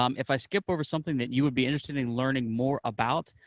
um if i skip over something that you would be interested in learning more about,